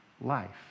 life